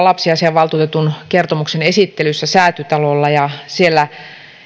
lapsiasiainvaltuutetun kertomuksen esittelyssä säätytalolla ja siellä